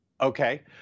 Okay